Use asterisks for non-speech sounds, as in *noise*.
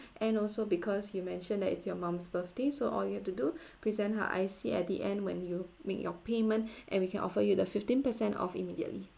and also because you mentioned that it's your mum's birthday so all you have to do *breath* present her I_C at the end when you make your payment *breath* and we can offer you the fifteen percent off immediately